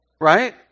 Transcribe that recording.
right